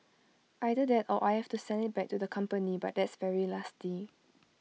either that or I have to send IT back to the company but that's very nasty